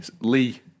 Lee